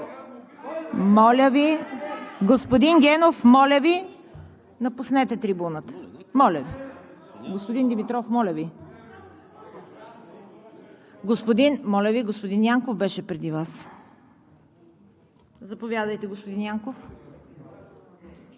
Моля Ви, господин Генов, моля Ви напуснете трибуната! Господин Димитров, моля Ви! Моля Ви, господин Янков беше преди Вас. Заповядайте, господин Янков.